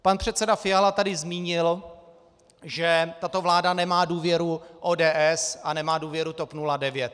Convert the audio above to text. Pan předseda Fiala tady zmínil, že tato vláda nemá důvěru ODS a nemá důvěru TOP 09.